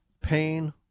pain